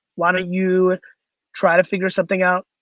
why don't you try to figure something out